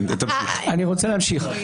אני רוצה להמשיך.